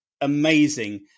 amazing